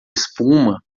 espuma